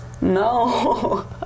No